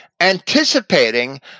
anticipating